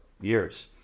years